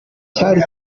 cyari